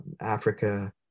Africa